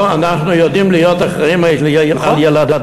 אנחנו יודעים להיות אחראים לילדינו,